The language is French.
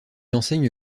enseigne